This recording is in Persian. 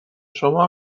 شما